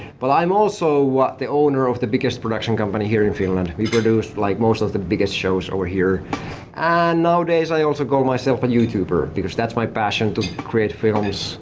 but i'm also the owner of the biggest production company here in finland. we produce like most of the biggest shows over here and nowadays i also call myself a youtuber because that's my passion to create films,